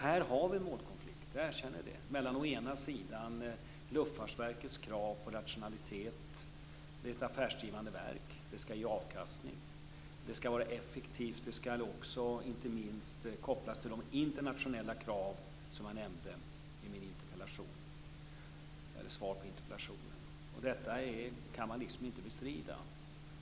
Här har vi en målkonflikt, jag erkänner det. Vi har ju Luftfartsverkets krav på rationalitet. Det är ett affärsdrivande verk. Det skall ge avkastning. Det skall vara effektivt och det skall också, inte minst, kopplas till de internationella krav som jag nämnde i mitt svar på interpellationen. Detta kan man inte bestrida.